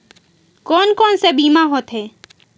कोन कोन से बीमा होथे?